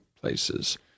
places